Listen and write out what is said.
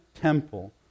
temple